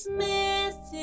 Smith